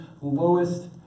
lowest